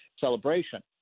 celebration